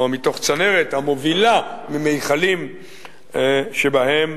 צנרת המובילה ממכלים שבהם